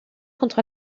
contre